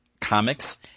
comics